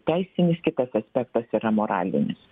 teisinis kitas aspektas yra moralinis